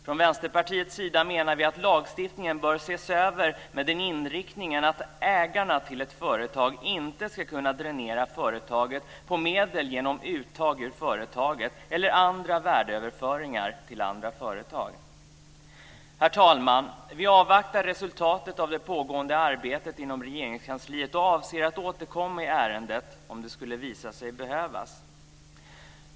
Från Vänsterpartiets sida menar vi att lagstiftningen bör ses över med den inriktningen att ägarna till ett företag inte ska kunna dränera företaget på medel genom uttag ur företaget eller andra värdeöverföringar till andra företag. Herr talman! Vi avvaktar resultatet av det pågående arbetet inom Regeringskansliet och avser att återkomma i ärendet om det skulle visa sig behövas.